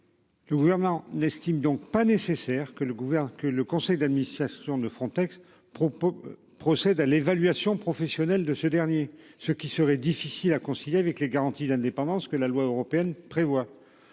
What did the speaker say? Le gouvernement n'estime donc pas nécessaire que le gouvernement que le conseil d'administration de Frontex propos procède à l'évaluation professionnel de ce dernier, ce qui serait difficile à concilier avec les garanties d'indépendance que la loi européenne prévoit.